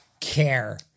care